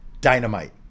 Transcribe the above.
dynamite